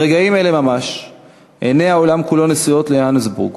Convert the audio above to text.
ברגעים אלה ממש עיני העולם כולו נשואות ליוהנסבורג,